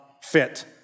fit